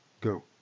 Go